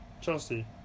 Chelsea